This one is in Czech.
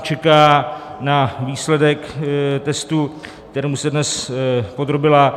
Čeká na výsledek testu, kterému se dnes podrobila.